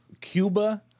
Cuba